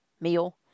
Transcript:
meal